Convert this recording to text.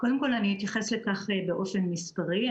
קודם כל, אני אתייחס לכך באופן מספרי.